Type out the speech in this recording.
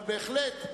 אבל בהחלט,